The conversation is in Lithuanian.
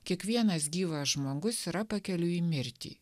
kiekvienas gyvas žmogus yra pakeliui į mirtį